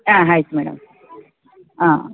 ಹಾಂ ಆಯ್ತು ಮೇಡಮ್ ಹಾಂ